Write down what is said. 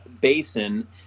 basin